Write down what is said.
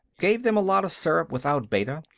gave them a lot of syrup without beta,